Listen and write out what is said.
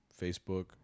Facebook